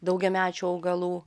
daugiamečių augalų